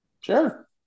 Sure